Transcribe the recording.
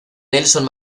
nelson